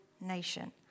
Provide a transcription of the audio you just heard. nation